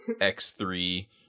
x3